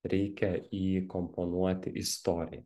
reikia įkomponuoti istoriją